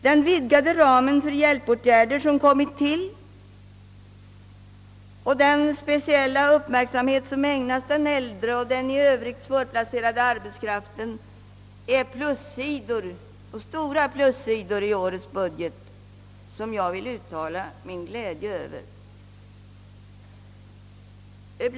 Den vidgade ram för hjälpåtgärder som föreslås och den speciella uppmärksamhet som ägnas den äldre och i övrigt svårplacerade arbetskraften är stora plussidor i årets budget som jag vill uttala min glädje över.